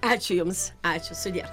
ačiū jums ačiū sudie